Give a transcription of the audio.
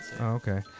okay